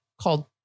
called